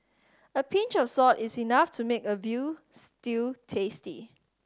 a pinch of salt is enough to make a veal stew tasty